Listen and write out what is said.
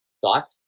thought